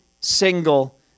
single